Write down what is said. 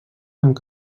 amb